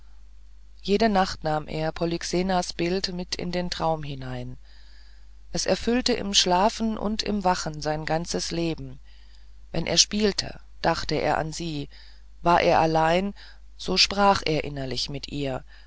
jede nacht nahm er polyxenas bild mit in den traum hinein es erfüllte im schlafen und im wachen sein ganzes leben wenn er spielte dachte er an sie war er allein so sprach er innerlich mit ihr